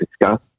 discuss